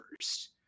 first